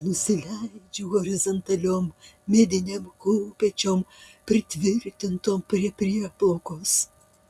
nusileidžiu horizontaliom medinėm kopėčiom pritvirtintom prie prieplaukos